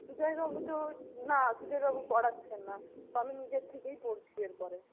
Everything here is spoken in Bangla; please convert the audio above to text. সুজয়বাবু তো না সুজয়বাবু পড়াচ্ছেন না তো আমি নিজের থেকেই পড়ছি এর পরে